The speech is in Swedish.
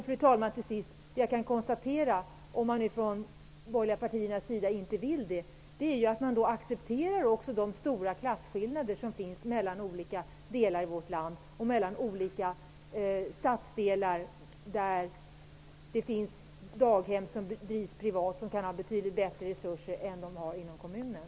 Fru talman! Jag kan konstatera -- om inte de borgerliga partierna vill göra denna översyn -- att de kan acceptera de stora klasskillnader som finns mellan olika delar av vårt land och mellan olika stadsdelar, där det t.ex. kan finnas privata daghem med betydligt bättre resurser än inom kommunen.